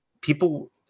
people